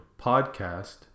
podcast